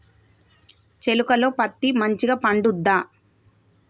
చేలుక లో పత్తి మంచిగా పండుద్దా?